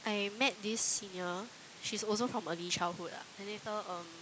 I met this senior she's also from Early Childhood ah and then later um